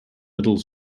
middle